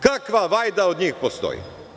Kakva vajda od njih postoji?